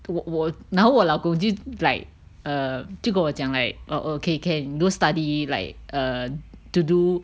我然后我老公就 like err 就跟我讲 like okay can go study like err to do